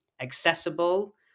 accessible